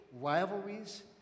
rivalries